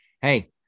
Hey